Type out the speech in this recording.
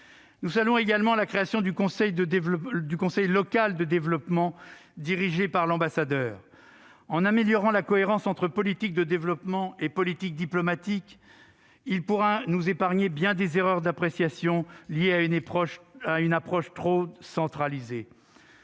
Nous saluons également la création du conseil local de développement, dirigé par un ambassadeur. En améliorant la cohérence entre politique de développement et politique diplomatique, il pourra nous épargner bien des erreurs d'appréciation, liées à une approche trop centralisée.